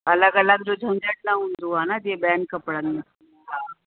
अलॻि अलॻि जो झंझट न हूंदो आहे है न जीअं ॿियनि कपिड़नि में हा